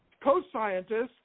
co-scientists